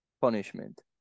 punishment